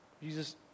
Jesus